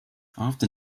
after